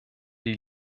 die